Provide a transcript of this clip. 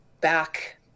back